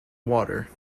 water